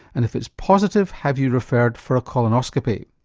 and if it's positive, have you referred for a colonoscopy.